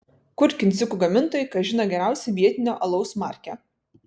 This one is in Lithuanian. kur kindziukų gamintojai kas žino geriausią vietinio alaus markę